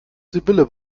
sibylle